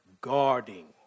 guarding